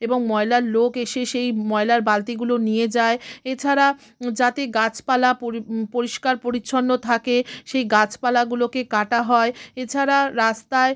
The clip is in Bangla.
এবং ময়লার লোক এসে সেই ময়লার বালতিগুলো নিয়ে যায় এছাড়া যাতে গাছপালা পরি পরিষ্কার পরিচ্ছন্ন থাকে সেই গাছপালাগুলোকে কাটা হয় এছাড়া রাস্তায়